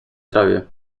trawie